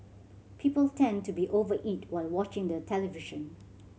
people tend to be over eat while watching the television